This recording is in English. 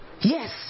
Yes